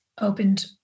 opened